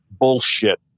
bullshit